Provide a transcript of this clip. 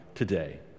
today